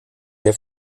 der